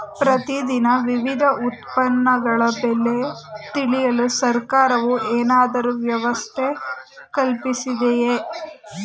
ಪ್ರತಿ ದಿನ ವಿವಿಧ ಉತ್ಪನ್ನಗಳ ಬೆಲೆ ತಿಳಿಯಲು ಸರ್ಕಾರವು ಏನಾದರೂ ವ್ಯವಸ್ಥೆ ಕಲ್ಪಿಸಿದೆಯೇ?